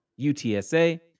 UTSA